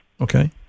Okay